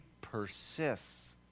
persists